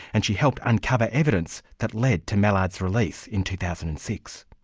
and she helped uncover evidence that led to mallard's release in two thousand and six.